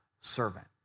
servant